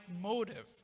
motive